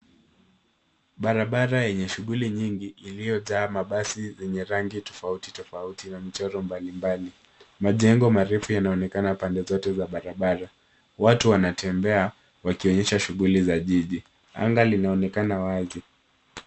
Barabara yenye shughuli nyingi iliyojaa mabasi yenye rangi tofauti tofauti na michoro mbali mbali. Majengo marefu yanaonekana pande zote za barabara. Watu wanatembea, wakionyesha shughuli za jiji. Anga linaonekana wazi.